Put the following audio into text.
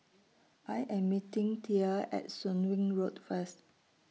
I Am meeting Thea At Soon Wing Road First